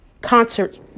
Concert